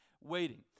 waiting